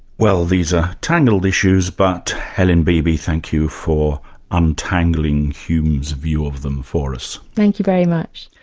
well these are tangled issues but helen beebee thank you for untangling hume's view of them for us. thank you very much.